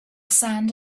sand